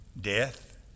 Death